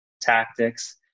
tactics